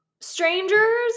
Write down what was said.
Strangers